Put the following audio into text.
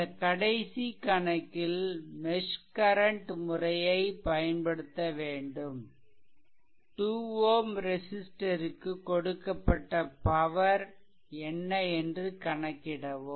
இந்த கடைசி கணக்கில் மெஷ் கரன்ட்முறையை பயன்படுத்த வேண்டும் 2 Ω ரெசிஷ்ட்டர்க்கு கொடுக்கப்பட்ட பவர் என்ன என்று கணக்கிடவும்